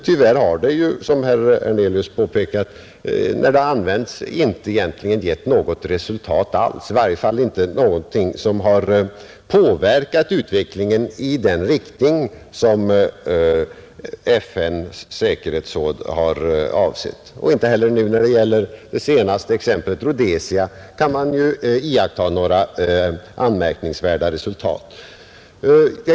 Tyvärr har det, som herr Hernelius påpekade, när det använts cpentligen inte gett något resultat alls, i varje fall inte något som påverkat utvecklingen i den riktning som FN:s säkerhetsråd avsett. Inte heller när det gäller Rhodesia kan man iaktta några nämnvärda resultat.